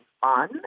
fun